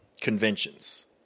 conventions